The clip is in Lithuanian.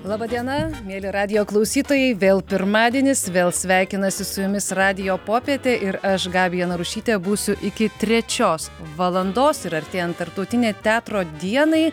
laba diena mieli radijo klausytojai vėl pirmadienis vėl sveikinasi su jumis radijo popietė ir aš gabija narušytė būsiu iki trečios valandos ir artėjant tarptautinei teatro dienai